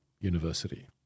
university